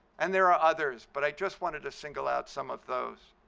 and there are others, but i just wanted to single out some of those.